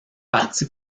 partie